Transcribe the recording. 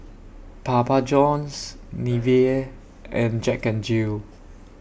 Papa Johns Nivea and Jack N Jill